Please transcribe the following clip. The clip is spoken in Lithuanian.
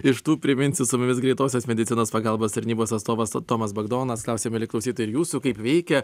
iš tų priminsiu su mumis greitosios medicinos pagalbos tarnybos atstovas tomas bagdonas klausiam mieli klausytojai ir jūsų kaip veikia